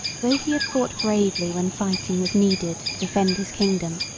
though he had fought bravely when fighting was needed to defend his kingdom,